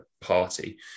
party